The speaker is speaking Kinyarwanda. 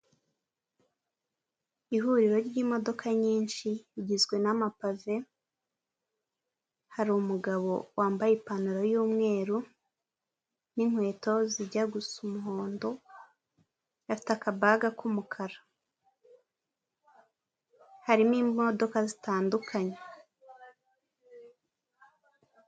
Ihuriro ry'imodoka nyinshi igizwe n'amapave hari umugabo wambaye ipantaro y'umweru n'inkweto zijya gusa umuhondo, afite akabaga k'umukara harimo imodoka zitandukanye.